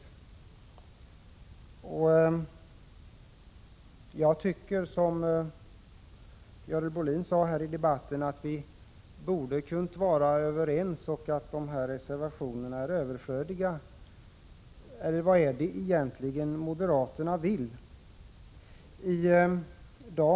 Dessa partier förefaller tala för en total avreglering. Som Görel Bohlin sade, tycker jag att vi borde vara överens och att reservationen är överflödig. Eller vad vill moderaterna egentligen?